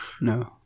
no